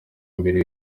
mbere